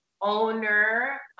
owner